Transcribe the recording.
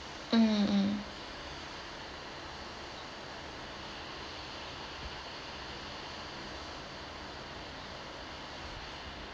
mm mm